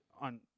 on